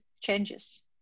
changes